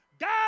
God